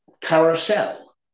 carousel